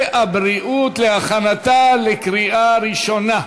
הרווחה והבריאות להכנתה לקריאה ראשונה.